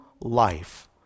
life